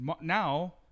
now